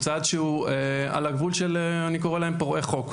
הוא צד על הגבול של פורעי חוק,